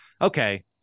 okay